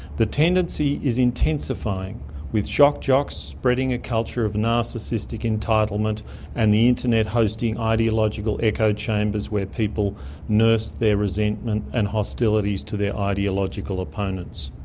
the tendency is intensifying with shock jocks spreading a culture of narcissistic entitlement and the internet hosting ideological echo chambers where people nurse their resentment and hostilities to their ideological opponents.